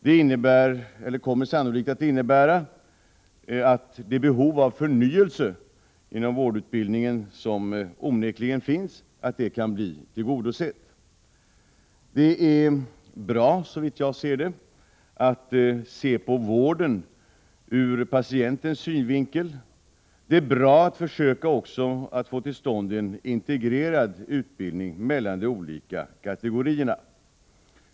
Det innebär eller kommer sannolikt att innebära att det behov av förnyelse inom vårdutbildningen som onekligen finns kan bli tillgodosett. Det är bra, såvitt jag ser det, att se på vården ur patientens synvinkel. Det är bra att försöka få till stånd en integrerad utbildning mellan de olika kategorierna.